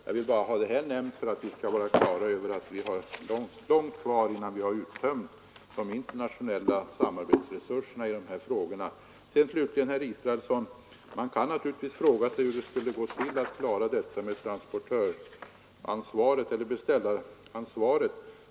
Jag vill bara ha nämnt detta för att vi skall vara klara över att vi har långt kvar innan vi har uttömt de internationella samarbetsresurserna i dessa frågor. Sedan vill jag slutligen säga till herr Israelsson att man naturligtvis kan fråga sig hur det skulle gå till att genomföra ett beställaransvar.